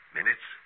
Minutes